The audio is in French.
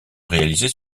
réalisée